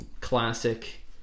classic